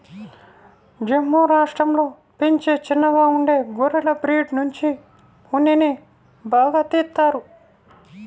జమ్ము రాష్టంలో పెంచే చిన్నగా ఉండే గొర్రెల బ్రీడ్ నుంచి ఉన్నిని బాగా తీత్తారు